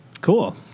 Cool